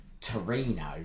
Torino